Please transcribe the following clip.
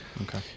Okay